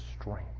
strength